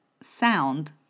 sound